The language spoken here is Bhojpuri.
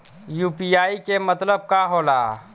यू.पी.आई के मतलब का होला?